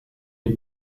est